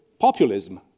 populism